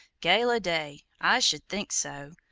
gala day! i should think so!